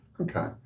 Okay